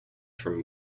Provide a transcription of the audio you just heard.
from